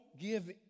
give